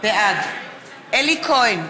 בעד אלי כהן,